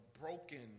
broken